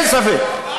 אין ספק.